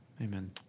Amen